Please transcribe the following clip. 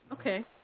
okay.